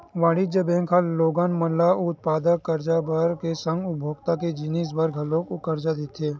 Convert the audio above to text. वाणिज्य बेंक ह लोगन मन ल उत्पादक करज बर के संग उपभोक्ता के जिनिस बर घलोक करजा देथे